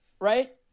Right